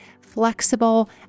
flexible